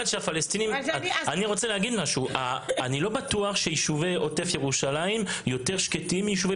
אני לא בטוח שיישובי עוטף ירושלים יותר שקטים מיישובי